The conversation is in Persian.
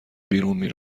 بیرون